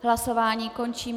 Hlasování končím.